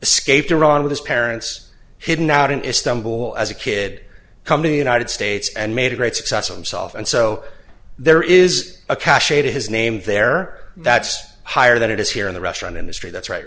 escaped iran with his parents hidden out in istanbul as a kid company united states and made a great success of themself and so there is a cache to his name there that's higher than it is here in the restaurant industry that's right